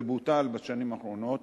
זה בוטל בשנים האחרונות.